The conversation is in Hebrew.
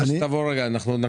אתם יכולים לראות בגרף את